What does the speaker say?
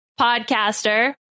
podcaster